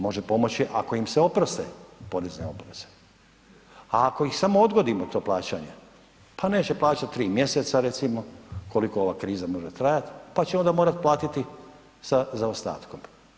Može pomoći ako im se oproste porezne obaveze, a ako ih samo odgodimo, to plaćanje, pa neće plaćat 3 mjeseca recimo koliko ova kriza može trajat, pa će onda morat platiti sa zaostatkom.